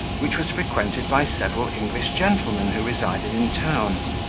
which was frequented by several english gentlemen who resided in town,